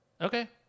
Okay